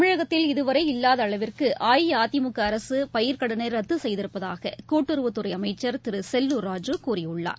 தமிழகத்தில் இதுவரை இல்லாதஅளவிற்குஅஇஅதிமுகஅரசுபயிர்க்கடனைரத்துசெய்திருப்பதாககூட்டுறவுத்துறைஅமைச்சர் திருசெல்லா் ராஜூ கூறியுள்ளார்